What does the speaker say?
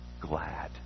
glad